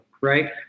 Right